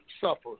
suffer